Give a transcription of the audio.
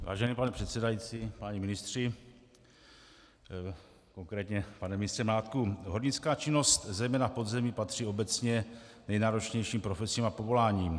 Vážený pane předsedající, páni ministři, konkrétně pane ministře Mládku, hornická činnost zejména v podzemí patří obecně k nejnáročnějším profesím a povoláním.